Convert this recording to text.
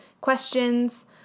questions